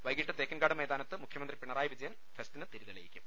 വൈകിട്ട് തേക്കിൻകാട് മൈതാ നത്ത് മുഖ്യമന്ത്രി പിണറായി വിജയൻ ഫെസ്റ്റിന് തിരിതെളിയി ക്കും